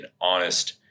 honest